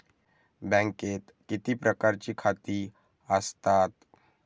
बँकेत किती प्रकारची खाती आसतात?